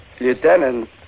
Lieutenant